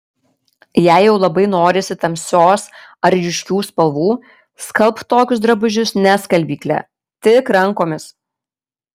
jei jau labai norisi tamsios ar ryškių spalvų skalbk tokius drabužius ne skalbykle tik rankomis